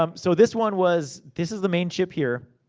um so this one was. this is the main chip here.